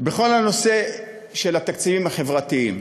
בכל הנושא של התקציבים החברתיים,